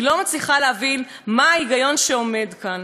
אני לא מצליחה להבין מה ההיגיון שעומד כאן.